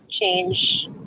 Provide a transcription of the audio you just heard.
change